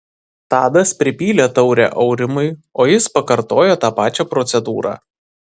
tadas pripylė taurę aurimui o jis pakartojo tą pačią procedūrą